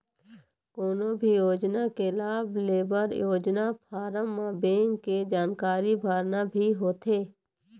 कोनो भी योजना के लाभ लेबर योजना फारम म बेंक के जानकारी भरना भी होथे